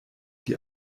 die